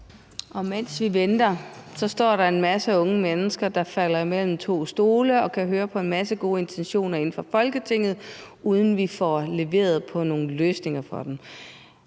Mens vi venter, står der en masse unge mennesker, der falder mellem to stole og kan høre, at man har en masse gode intentioner inde fra Folketinget, uden at vi får leveret nogle løsninger for dem.